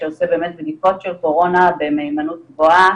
שעושה בדיקות של קורונה במהימנות גבוהה,